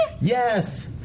Yes